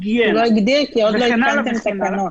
אני לא יודעת מה זו הגבלה על הגשת מזון,